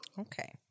Okay